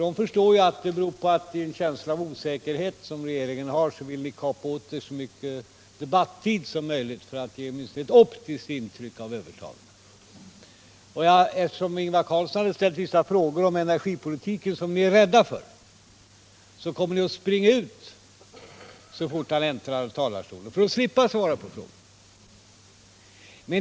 De förstår att det beror på en känsla av osäkerhet hos regeringen att ni vill kapa åt er så mycket debattid som möjligt för att ge åtminstone ett optiskt intryck av övertag. Eftersom Ingvar Carlsson har för avsikt att ställa vissa frågor om energipolitiken, som ni är rädda för, så kommer ni för att slippa svara på dem att springa ut ur kammaren så fort han äntrar talarstolen.